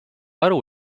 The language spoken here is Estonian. aru